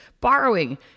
borrowing